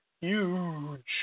huge